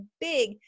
big